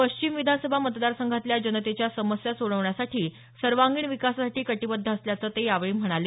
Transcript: पश्चिम विधानसभा मतदारसंघातल्या जनतेच्या समस्या सोडवण्यासाठी सर्वांगीण विकासासाठी कटिबद्ध असल्याचं ते यावेळी म्हणाले